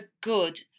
good